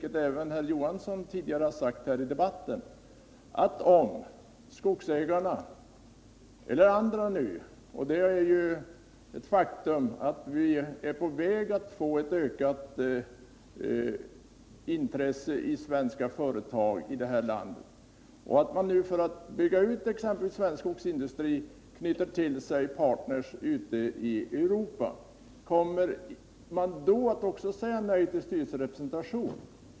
Det är ett faktum att vi är på väg att få ett ökat intresse i det här landet för kontakt med utländska intressenter. Jag vill då fråga: Om skogsägarna eller andra, för att bygga ut svensk skogsindustri, knyter till sig partner ute i Europa, kommer man också då att säga nej till styrelserepresentation?